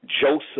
Joseph